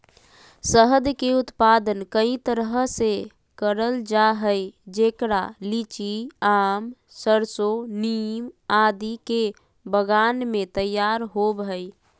शहद के उत्पादन कई तरह से करल जा हई, जेकरा लीची, आम, सरसो, नीम आदि के बगान मे तैयार होव हई